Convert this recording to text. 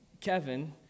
Kevin